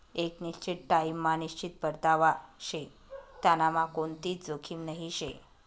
एक निश्चित टाइम मा निश्चित परतावा शे त्यांनामा कोणतीच जोखीम नही शे